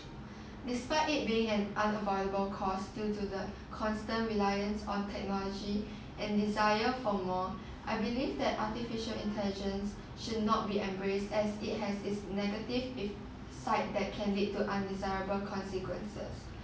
despite it being an unavoidable costs due to the constant reliance on technology and desire for more I believe that artificial intelligence should not be embraced as it has its negative side that can lead to undesirable consequence